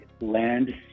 land